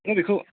नों बेखौ